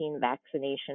vaccination